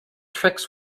tricks